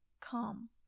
come